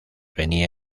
venía